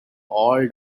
all